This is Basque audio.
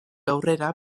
aurrera